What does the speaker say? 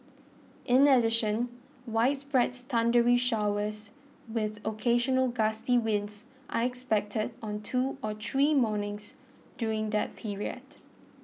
in addition widespread thundery showers with occasional gusty winds are expected on two or three mornings during that period